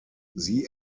sie